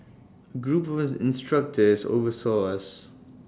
A group of instructors oversaw us